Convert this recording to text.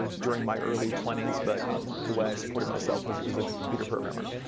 ah during my early twenty s. but the way i supported myself was as a computer programmer.